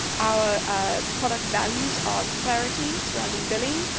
our ah product values are clarity surrounding billing,